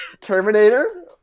terminator